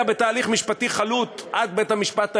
אלא בתהליך משפטי חלוט עד בית-המשפט העליון,